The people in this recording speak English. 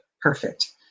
Perfect